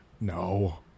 No